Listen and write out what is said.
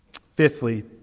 Fifthly